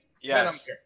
Yes